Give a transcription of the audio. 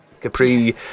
Capri